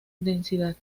densidad